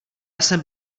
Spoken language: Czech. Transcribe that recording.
jsem